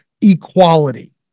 equality